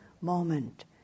moment